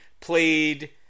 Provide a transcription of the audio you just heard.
played